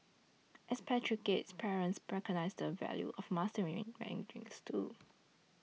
expatriate parents recognise the value of mastering Mandarin too